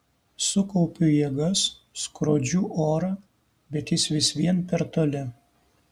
sukaupiu jėgas skrodžiu orą bet jis vis vien per toli